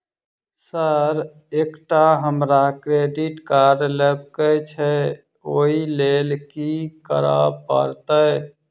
Sir एकटा हमरा credit card लेबकै छैय ओई लैल की करऽ परतै?